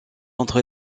entre